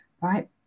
right